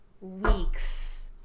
weeks